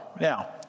now